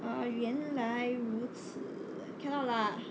哦原来如此 cannot lah